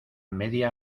media